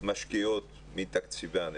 משקיעות מתקציבן.